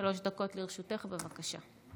שטה, שלוש דקות לרשותך, בבקשה.